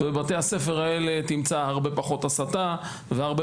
שבבתי הספר האלה תמצא הרבה פחות הסתה והרבה